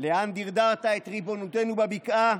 לאן דרדרת את ריבונותנו בבקעה